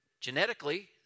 Genetically